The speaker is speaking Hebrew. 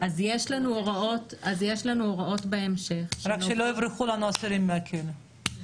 יש לנו הוראות בהמשך --- רק שלא יברחו לנו האסירים מהכלא.